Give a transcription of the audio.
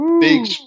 Big